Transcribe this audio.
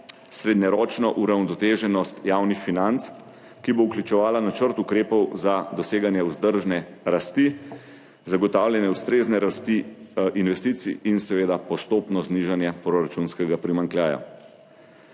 srednjeročno uravnoteženost javnih financ, ki bo vključevala načrt ukrepov za doseganje vzdržne rasti, zagotavljanje ustrezne rasti investicij in seveda postopno znižanje proračunskega primanjkljaja.